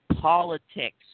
politics